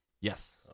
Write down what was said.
Yes